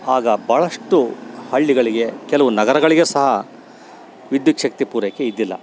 ಆಗ ಭಾಳಷ್ಟೂ ಹಳ್ಳಿಗಳಿಗೆ ಕೆಲವು ನಗರಗಳಿಗೆ ಸಹ ವಿದ್ಯುಚ್ಛಕ್ತಿ ಪೂರೈಕೆ ಇದ್ದಿಲ್ಲ